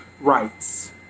rights